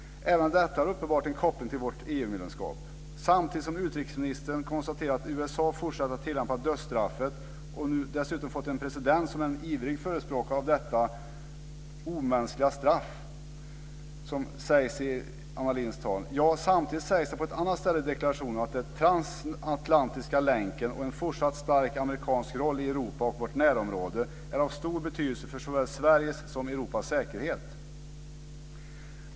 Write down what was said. Även detta har uppenbart en koppling till vårt EU Samtidigt som utrikesministern i sitt tal konstaterar att USA fortsätter att tillämpa dödsstraffet och nu dessutom har fått en president som är en ivrig förespråkare av detta omänskliga straff sägs det på ett annat ställe i deklarationen att den transatlantiska länken och en fortsatt stark amerikansk roll i Europa och vårt närområde är av stor betydelse för såväl Sveriges som Europas säkerhet.